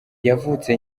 yavutse